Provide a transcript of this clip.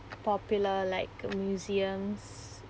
popular like museums